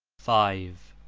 five.